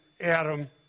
Adam